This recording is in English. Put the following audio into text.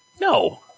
No